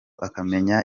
akamenya